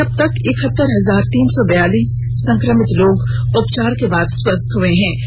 वहीं अब तक एकहत्तर हजार तीन सौ बयालिस संक्रमित लोग उपचार के बाद स्वस्थ हो चुके हैं